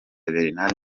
bernard